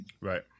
Right